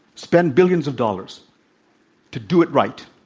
spend billions of dollars to do it right.